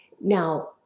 Now